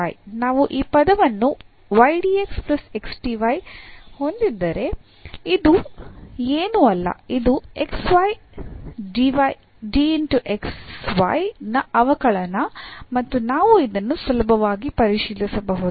ನಾವು ಈ ಪದವನ್ನು ಹೊಂದಿದ್ದರೆ ಇದು ಏನೂ ಅಲ್ಲ ಇದು xy ನ ಅವಕಲನ ಮತ್ತು ನಾವು ಇದನ್ನು ಸುಲಭವಾಗಿ ಪರಿಶೀಲಿಸಬಹುದು